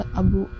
abu